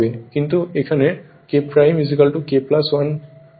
কিন্তু এবং K K 1 হবে